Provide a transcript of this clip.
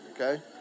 okay